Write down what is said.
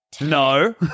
No